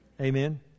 Amen